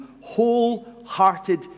wholehearted